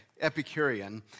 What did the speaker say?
Epicurean